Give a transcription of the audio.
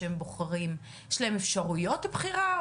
יש להם אפשרויות בחירה?